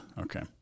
okay